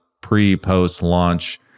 pre-post-launch